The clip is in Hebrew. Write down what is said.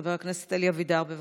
חבר הכנסת אלי אבידר, בבקשה.